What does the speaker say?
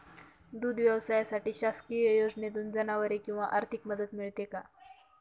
दूध व्यवसायासाठी शासकीय योजनेतून जनावरे किंवा आर्थिक मदत मिळते का?